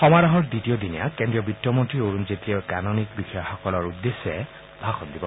সমাৰোহৰ দ্বিতীয় দিনা কেন্দ্ৰীয় বিত্ত মন্ত্ৰী অৰুণ জেটলীয়ে গাণনিক বিষয়াসকলৰ উদ্দেশ্যে ভাষণ দিব